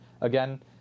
Again